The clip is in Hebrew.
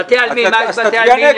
בתי עלמין, מה יש בתי עלמין?